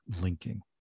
linking